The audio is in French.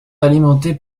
alimentées